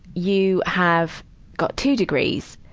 you have got two degrees